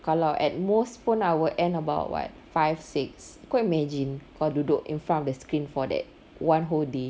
kalau at most pun I will end about what five six kau imagine kau duduk in front of the screen for that one whole day